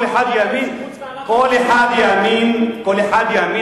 כל אחד יאמין, מה הבעיה עם שיפוץ מערת המכפלה?